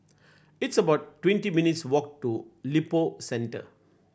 it's about twenty minutes' walk to Lippo Centre